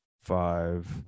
five